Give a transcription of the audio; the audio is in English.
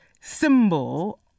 symbol